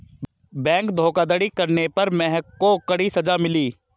bank धोखाधड़ी करने पर महक को कड़ी सजा मिली